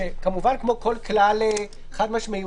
כמובן כמו כל כלל חד-משמעי,